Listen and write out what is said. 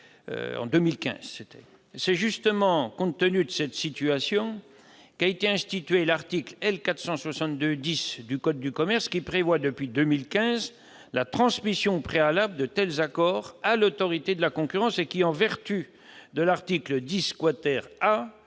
C'est précisément compte tenu de cette situation qu'a été créé l'article L. 462-10 du code de commerce, qui prévoit depuis 2015 la transmission préalable de tels accords à l'Autorité de la concurrence et qui, en vertu de l'article 10